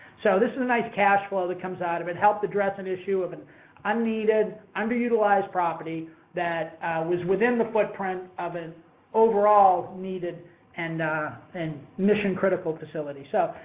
so, this is a nice cash flow that comes out of it, helped address an issue of an unneeded, underutilized property that was within the footprint of an overall needed and and mission-critical facility. so,